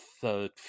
third